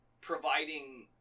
providing